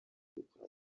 gukora